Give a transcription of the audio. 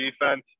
defense